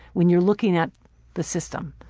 when you're looking at the system.